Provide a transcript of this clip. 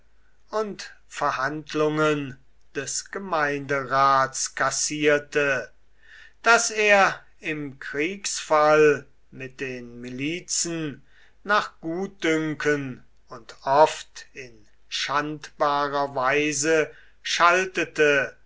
und verhandlungen des gemeinderats kassierte daß er im kriegsfall mit den milizen nach gutdünken und oft in schandbarer weise schaltete